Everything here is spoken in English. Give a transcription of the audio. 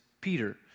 Peter